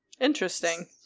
Interesting